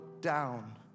down